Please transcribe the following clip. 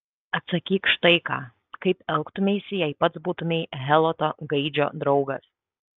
atsakyk štai ką kaip elgtumeisi jei pats būtumei heloto gaidžio draugas